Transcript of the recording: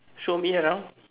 show me around